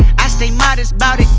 i stay modest bout